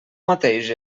mateix